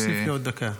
תוסיף לי עוד דקה.